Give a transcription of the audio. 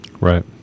Right